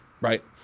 right